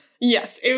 Yes